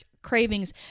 cravings